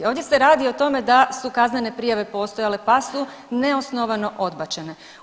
Ovdje se radi o tome da su kaznene prijave postojale pa su neosnovano odbačene.